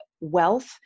wealth